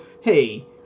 hey